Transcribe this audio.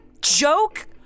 joke